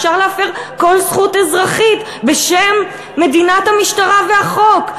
אפשר להפר כל זכות אזרחית בשם מדינת המשטרה והחוק.